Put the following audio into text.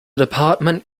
department